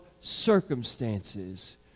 circumstances